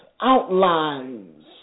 outlines